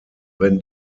wenn